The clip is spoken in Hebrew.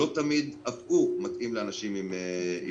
לא תמיד אף הוא מתאים לאנשים עם מוגבלות.